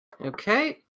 Okay